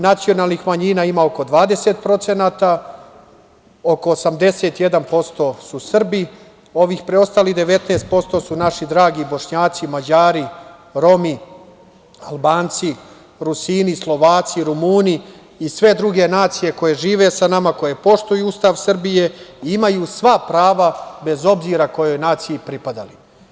Nacionalnih manjina ima oko 20%, oko 81% su Srbi, ovi preostalih 19% su naši dragi Bošnjaci, Mađari, Romi, Albanci, Rusini, Slovaci, Rumuni, i sve druge nacije koje žive sa nama, koje poštuju Ustav Srbije, imaju sva prava bez obzira kojoj naciji pripadali.